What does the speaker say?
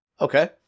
Okay